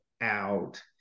out